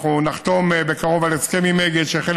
אנחנו נחתום בקרוב על הסכם עם אגד שחלק